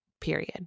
period